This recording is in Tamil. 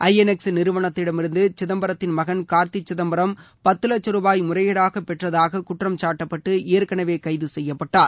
ஐ என் எக்ஸ் நிறுவனத்திடமிருந்து சிதம்பரத்தின் மகன் கார்த்தி சிதம்பரம் பத்து வட்சம் ரூபாய் முறைகேடாக பெற்றதாக குற்றம் சாட்டப்பட்டு ஏற்கெனவே கைது செய்யப்பட்டார்